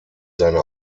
seine